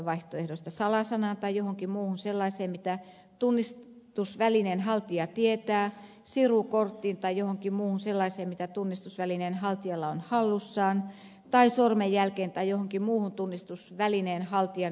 salasanaan tai johonkin muuhun sellaiseen minkä tunnistusvälineen haltija tietää sirukorttiin tai johonkin muuhun sellaiseen mikä tunnistusvälineen haltijalla on hallussaan tai sormenjälkeen tai johonkin muuhun tunnistusvälineen haltijan yksilöivään ominaisuuteen